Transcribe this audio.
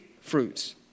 fruits